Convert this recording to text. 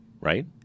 right